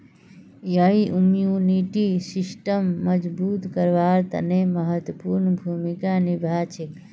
यई इम्यूनिटी सिस्टमक मजबूत करवार तने महत्वपूर्ण भूमिका निभा छेक